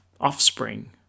offspring